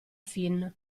fin